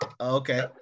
Okay